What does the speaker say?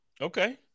Okay